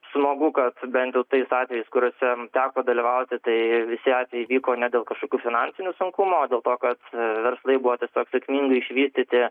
smagu kad bent tai tais atvejais kuriuose teko dalyvauti tai visi atvejai vyko ne dėl kažkokių finansinių sunkumų o dėl to kad verslai buvo tiesiog sėkmingai išvystyti